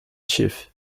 chief